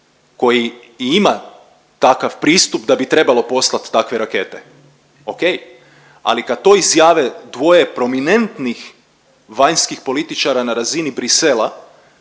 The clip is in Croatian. koji i ima takav pristup da bi trebalo poslati takve rakete. Okej. Ali kad to izjave dvoje prominentnih vanjskih političara na razini Bruxellesa,